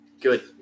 Good